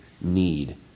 need